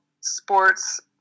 sports